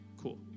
cool